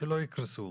שלא יקרסו.